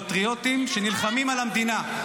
אלו פטריוטים שנלחמים על המדינה.